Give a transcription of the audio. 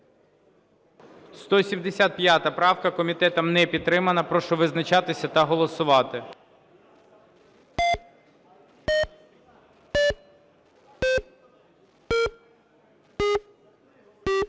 Леонова. Комітетом не підтримана. Прошу визначатися та голосувати.